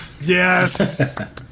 Yes